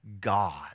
God